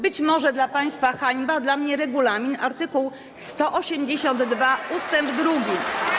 Być może dla państwa hańba, dla mnie - regulamin, art. 182 ust. 2.